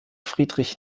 friedrich